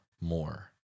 more